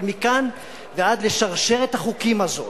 אבל מכאן ועד לשרשרת החוקים הזאת,